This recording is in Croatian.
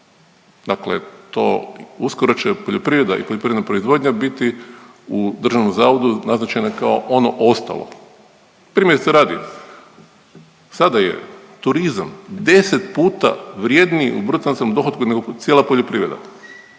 Dakle, to uskoro će poljoprivreda i poljoprivredna proizvodnja biti u Državnom zavodu naznačene kao ono ostalo. Primjerice radi sada je turizam 10 puta vrjedniji u bruto nacionalnom dohotku nego cijela poljoprivreda.